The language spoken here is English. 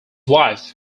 wife